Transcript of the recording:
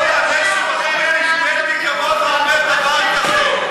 לא ייאמן שבחור אינטליגנטי כמוך אומר דבר כזה.